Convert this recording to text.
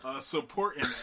Supporting